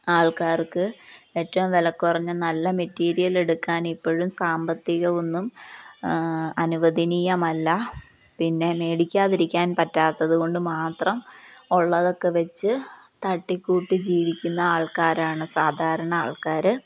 ആൾക്കാർക്ക് ഏറ്റവും വിലക്കുറഞ്ഞ നല്ല മെറ്റീരിയൽ എടുക്കാൻ എപ്പോഴും സാമ്പത്തികം ഒന്നും അനുവദനീയമല്ല പിന്നെ വേടിക്കാതിരിക്കാൻ പറ്റാത്തത് കൊണ്ട് മാത്രം ഉള്ളതൊക്കെ വെച്ച് തട്ടിക്കൂട്ടി ജീവിക്കുന്ന ആൾക്കാരാണ് സാധാരണ ആൾക്കാർ